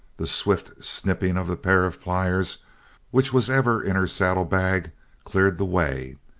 the swift snipping of the pair of pliers which was ever in her saddle bag cleared the way,